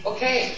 Okay